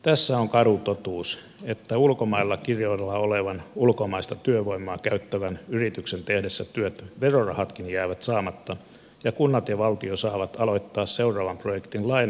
tässä on karu totuus että ulkomailla kirjoilla olevan ulkomaista työvoimaa käyttävän yrityksen tehdessä työt verorahatkin jäävät saamatta ja kunnat ja valtio saavat aloittaa seuraavan projektin lainarahalla